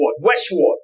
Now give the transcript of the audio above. westward